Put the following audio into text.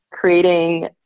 creating